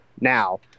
now